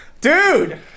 Dude